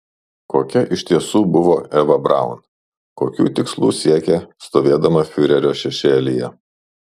kokia iš tiesų buvo eva braun kokių tikslų siekė stovėdama fiurerio šešėlyje